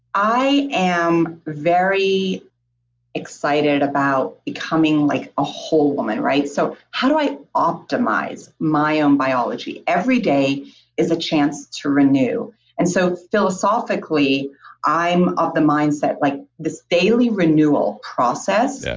i am very excited about becoming like a whole woman so so how do i optimize my own biology? every day is a chance to renew and so philosophically i'm of the mindset like this daily renewal process, yeah